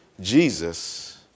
Jesus